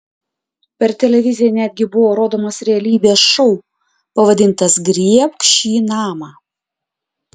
per televiziją netgi buvo rodomas realybės šou pavadintas griebk šį namą